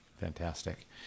Fantastic